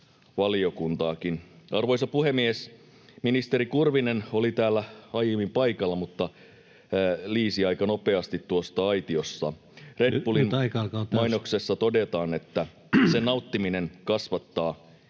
Arvoisa puhemies! Ministeri Kurvinen oli täällä aiemmin paikalla, mutta liisi aika nopeasti tuosta aitiosta. [Puhemies: Nyt aika alkaa olla täynnä!] Red Bullin mainoksessa todetaan, että sen nauttiminen kasvattaa